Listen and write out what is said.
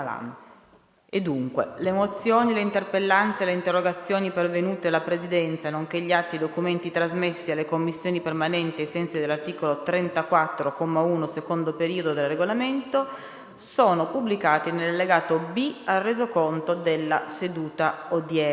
Le mozioni, le interpellanze e le interrogazioni pervenute alla Presidenza, nonché gli atti e i documenti trasmessi alle Commissioni permanenti ai sensi dell'articolo 34, comma 1, secondo periodo, del Regolamento sono pubblicati nell'allegato B al Resoconto della seduta odierna.